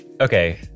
Okay